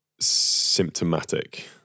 symptomatic